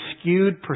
skewed